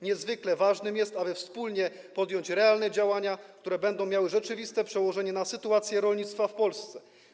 Niezwykle ważne jest, aby wspólnie podjąć realne działania, które będą miały rzeczywiste przełożenie na sytuację rolnictwa w Polsce.